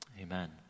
Amen